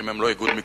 הם לא איגוד מקצועי.